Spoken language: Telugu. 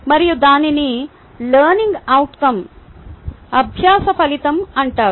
మరియు దానిని లెర్నింగ్ అవుట్కo అభ్యాస ఫలితం అంటారు